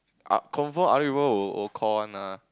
uh confirm other people will call one ah